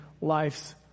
life's